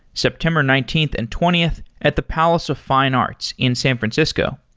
september nineteenth and twentieth at the palace of fine arts in san francisco.